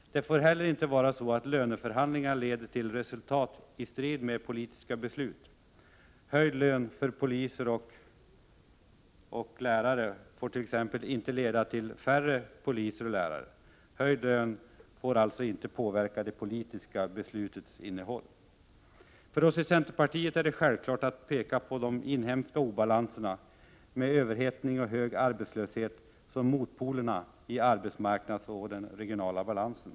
Det får heller inte vara så att löneförhandlingar leder till resultat i strid med politiska beslut. Höjda löner för poliser och lärare får inte leda till färre poliser och lärare. Höjd lön får alltså inte påverka de politiska beslutens innehåll. För oss i centerpartiet är det självklart att peka på de inhemska obalanserna med överhettning och hög arbetslöshet som motpolerna i arbetsmarknadsoch den regionala balansen.